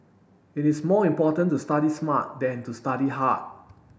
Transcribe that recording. it is more important to study smart than to study hard